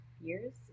years